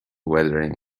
weathering